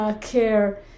care